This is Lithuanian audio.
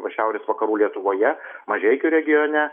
šiaurės vakarų lietuvoje mažeikių regione